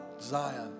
Zion